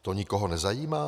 To nikoho nezajímá?